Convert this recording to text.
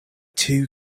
too